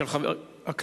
מס' 8570, 8606 ו-8626.